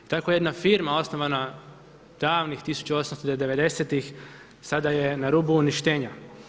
Tako jedna firma osnovana davnih 1890. sada je na rubu uništenja.